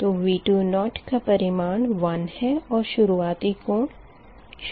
तो V20 का परिमाण 1 है और शुरुआती कोण 0 है